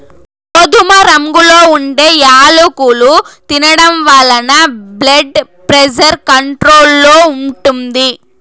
గోధుమ రంగులో ఉండే యాలుకలు తినడం వలన బ్లెడ్ ప్రెజర్ కంట్రోల్ లో ఉంటుంది